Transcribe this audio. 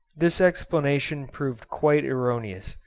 this explanation proved quite erroneous.